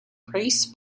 praise